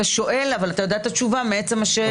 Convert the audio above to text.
אתה שואל, אבל אתה יודע את התשובה מעצם השאלה.